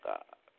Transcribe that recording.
God